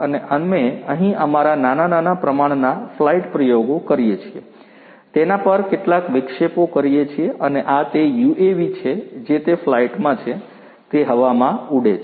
અને અમે અહીં અમારા નાના નાના પ્રમાણના ફ્લાઇટ પ્રયોગો કરીએ છીએ તેના પર કેટલાક વિક્ષેપો કરીએ છીએ અને આ તે યુએવી છે જે તે ફ્લાઇટમાં છે તે હવામાં ઊડે છે